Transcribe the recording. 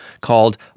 called